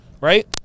right